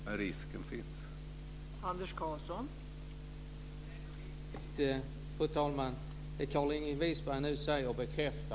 Men riskerna finns alltså.